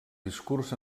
discurs